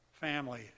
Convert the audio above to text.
family